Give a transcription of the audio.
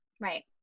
Right